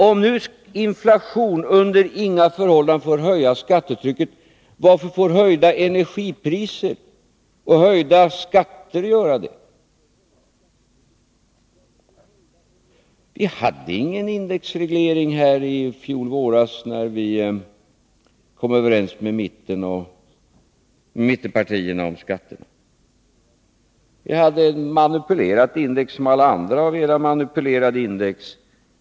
Om nu inflation under inga förhållanden får höja skattetrycket, varför får höjda energipriser och höjda skatter göra det, Bo Lundgren? Vi hade ingen indexreglering i fjol våras när vi kom överens med mittenpartierna om skatterna. Ni hade ett manipulerat index, som alla andra av era manipulerade index.